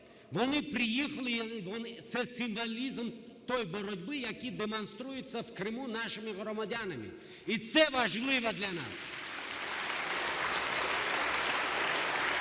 вони приїхали. Це символізм тої боротьби, який демонструється в Криму нашими громадянами. І це важливо для нас!